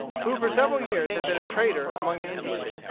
who for several years had been a trader among the indians.